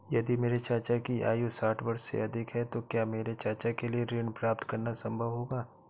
यदि मेरे चाचा की आयु साठ वर्ष से अधिक है तो क्या मेरे चाचा के लिए ऋण प्राप्त करना संभव होगा?